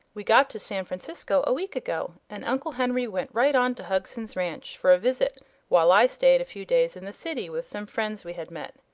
we got to san francisco a week ago, and uncle henry went right on to hugson's ranch for a visit while i stayed a few days in the city with some friends we had met.